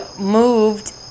moved